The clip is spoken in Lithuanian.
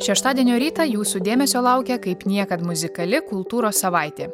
šeštadienio rytą jūsų dėmesio laukia kaip niekad muzikali kultūros savaitė